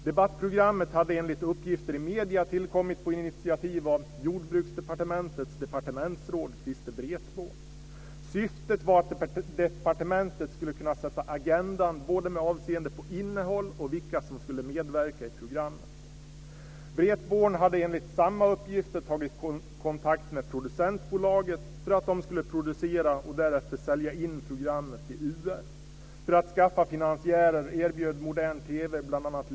Debattprogrammet hade enligt uppgifter i medierna tillkommit på initiativ av Jordbruksdepartementets departementsråd Christer Wretborn. Syftet var att departementet skulle kunna sätta agendan både med avseende på innehåll och vilka som skulle medverka i programmet. Wretborn hade enligt samma uppgifter tagit kontakt med producentbolaget för att de skulle producera och därefter sälja in programmet till UR. För att skaffa finansiärer erbjöd Modern TV bl.a.